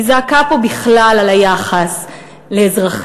היא זעקה פה בכלל על היחס לאזרחים,